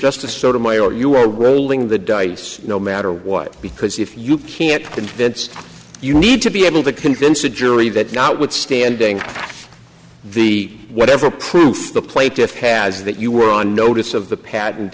justice sotomayor you are rolling the dice no matter what because if you can't convince you need to be able to convince a jury that not withstanding the whatever proof the plaintiffs has that you were on notice of the patent and